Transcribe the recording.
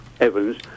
Evans